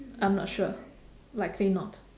I'm not sure likely not